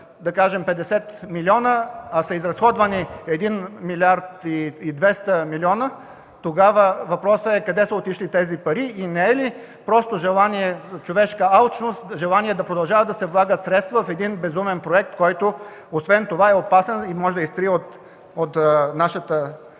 за примерно 50 милиона, а са изразходвани 1 млрд. 200 милиона, то въпросът е къде са отишли тези пари и не е ли просто желание, човешка алчност, желание да продължават да се влагат средства в безумен проект, който освен това е опасен и може да изтрие от картата